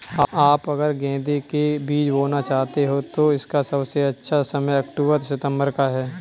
आप अगर गेंदे के बीज बोना चाहते हैं तो इसका सबसे अच्छा समय अक्टूबर सितंबर का है